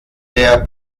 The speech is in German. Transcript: der